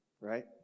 right